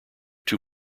too